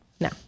no